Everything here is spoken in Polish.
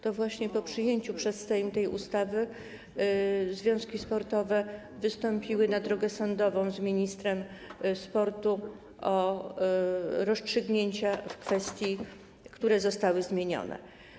To właśnie po przyjęciu przez Sejm tej ustawy związki sportowe wystąpiły na drogę sądową z ministrem sportu o rozstrzygnięcia dotyczące kwestii, które zostały zmienione.